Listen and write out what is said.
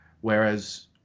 Whereas